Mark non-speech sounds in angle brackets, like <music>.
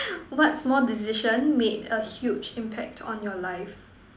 <noise> what small decision made a huge impact on your life